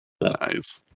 nice